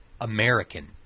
american